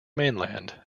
mainland